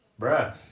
Bruh